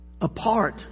apart